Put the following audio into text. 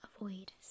avoid